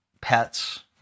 pets